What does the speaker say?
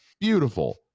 beautiful